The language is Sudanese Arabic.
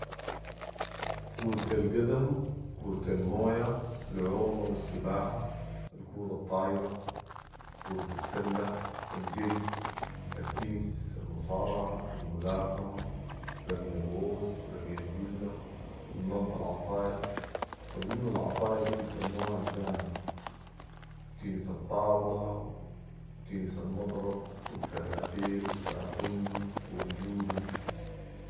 كورة القدم ،كورة المويه ، العوم اوالسباحه ،الكوره الطايره ،كوره السله ،الجري ،التنس ،المصارعه ،الملاكمه ،رمي القوس، رمي الجله، النط بالعصايه ،اظن العصايه دي بيسموها الزانه ،تنس الطاوله، تنس المضرب والكراتي والتاكوندو و الجودو